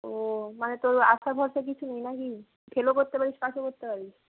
ও মানে তোর আশা ভরসা কিছু নেই না কি ফেলও করতে পারিস পাশও করতে পারিস